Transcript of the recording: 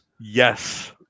Yes